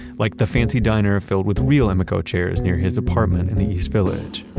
like the fancy diner filled with real emeco chairs near his apartment in the east village,